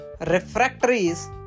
refractories